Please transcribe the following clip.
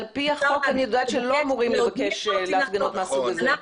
את יודעת שעל פי החוק לא אמורים לבקש להפגנות מהסוג הזה.